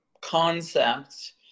concept